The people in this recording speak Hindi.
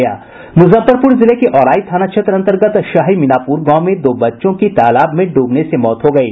मूजफ्फरपूर जिले के औराई थाना क्षेत्र अंतर्गत शाही मीनापूर गांव में दो बच्चों की तालाब में डूबने से मौत हो गयी